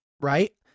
right